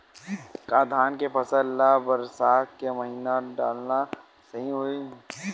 का धान के फसल ल बरसात के महिना डालना सही होही?